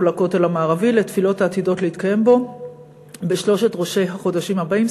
לכותל המערבי לתפילות העתידות להתקיים בו בשלושת ראשי החודשים הבאים,